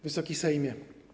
Wysoki Sejmie!